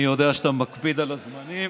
אני יודע שאתה מקפיד על הזמנים,